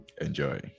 enjoy